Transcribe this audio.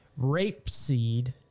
Rapeseed